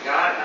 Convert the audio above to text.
God